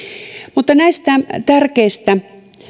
mutta näistä tärkeistä